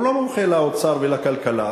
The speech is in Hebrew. הוא לא מומחה לאוצר ולכלכלה,